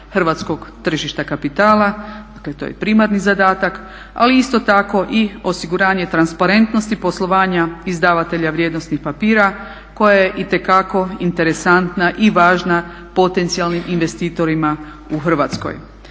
hrvatskog tržišta kapitala, dakle to je primarni zadatak, ali isto tako i osiguranje transparentnosti poslovanja izdavatelja vrijednosnih papira koja je itekako interesantna i važna potencijalnim investitorima u Hrvatskoj.